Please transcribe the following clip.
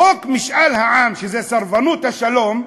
חוק משאל העם, שזה סרבנות השלום,